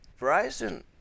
Verizon